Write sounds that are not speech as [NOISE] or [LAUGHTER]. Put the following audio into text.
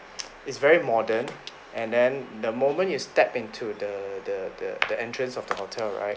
[NOISE] it's very modern and then the moment you step into the the the the entrance of the hotel right